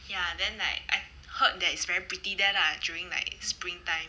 ya then like I heard that is very pretty there lah like during like spring time